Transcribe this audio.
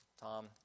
Tom